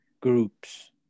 Groups